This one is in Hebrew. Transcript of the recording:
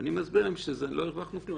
אז אני מסביר להם שלא הרווחנו כלום.